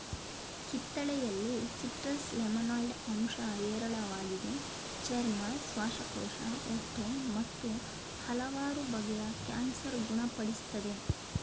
ಕಿತ್ತಳೆಯಲ್ಲಿ citrus limonoid ಅಂಶ ಹೇರಳವಾಗಿದೆ ಚರ್ಮ ಶ್ವಾಸಕೋಶ ಹೊಟ್ಟೆ ಮತ್ತು ಹಲವಾರು ಬಗೆಯ ಕ್ಯಾನ್ಸರ್ ಗುಣ ಪಡಿಸ್ತದೆ